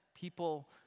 people